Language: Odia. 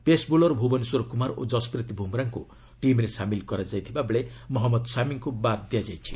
ପେସ୍ ବୋଲର୍ ଭୁବନେଶ୍ୱର କୁମାର ଓ ଯଶ୍ପ୍ରୀତ୍ ବୁମ୍ରାଙ୍କୁ ଟିମ୍ରେ ସାମିଲ୍ କରାଯାଇଥିବାବେଳେ ମହମ୍ମଦ ସାମୀଙ୍କ ବାଦ୍ ଦିଆଯାଇଛି